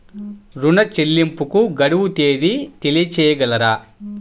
ఋణ చెల్లింపుకు గడువు తేదీ తెలియచేయగలరా?